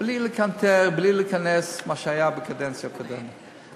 בלי לקנטר, בלי להיכנס למה שהיה בקדנציה הקודמת.